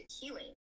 healing